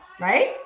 Right